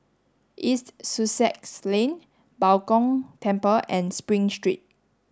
East Sussex Lane Bao Gong Temple and Spring Street